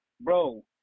bro